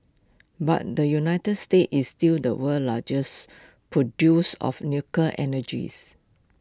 but the united states is still the world's largest produce of nuclear energies